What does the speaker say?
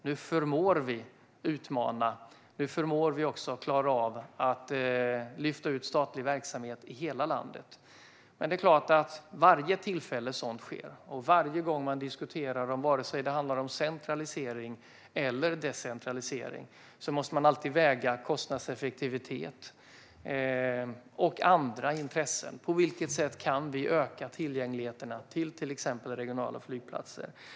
Nu förmår vi utmana, och nu klarar vi av att lyfta ut statlig verksamhet i hela landet. Men det är klart att vid varje tillfälle sådant sker och varje gång man diskuterar, oavsett om det handlar om centralisering eller om decentralisering, måste man alltid väga in kostnadseffektivitet och andra intressen. På vilket sätt kan vi öka tillgängligheten till exempelvis regionala flygplatser?